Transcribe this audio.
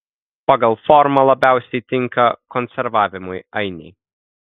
pagal formą labiausiai tinka konservavimui ainiai